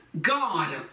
God